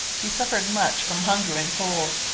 he suffered much from hunger and cold,